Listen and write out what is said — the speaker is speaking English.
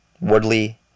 Woodley